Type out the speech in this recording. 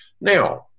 Now